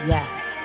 Yes